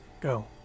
Go